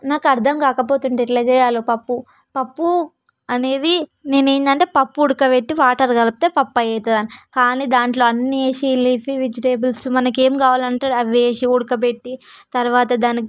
నాకు అర్థం కాకపోయేది ఎట్లా చేయాలో పప్పు పప్పు అనేది నేను ఏంటంటే పప్పు ఉడకబెట్టి వాటర్ కలిపితే పప్పు అవుతుంది కానీ దాంట్లో అన్ని వేసీ లీఫీ వెజిటేబుల్స్ మనకి ఏం కావాలంటే అవి వేసి ఉడకబెట్టి తరువాత దానికి